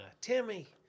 Timmy